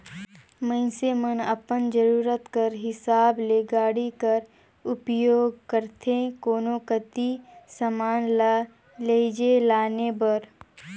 मइनसे मन अपन जरूरत कर हिसाब ले गाड़ी कर उपियोग करथे कोनो कती समान ल लेइजे लाने बर